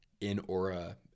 in-aura